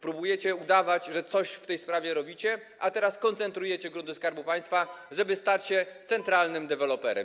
Próbujecie udawać, że coś w tej sprawie robicie, a teraz koncentrujecie grunty Skarbu Państwa, żeby stać się centralnym deweloperem.